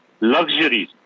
luxuries